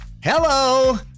Hello